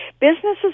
Businesses